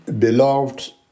Beloved